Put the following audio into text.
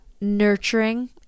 nurturing